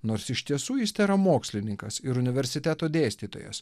nors iš tiesų jis tėra mokslininkas ir universiteto dėstytojas